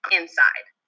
inside